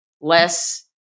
less